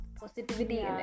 positivity